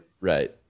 right